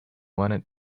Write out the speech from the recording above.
wanted